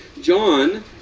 John